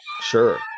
Sure